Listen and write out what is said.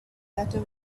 better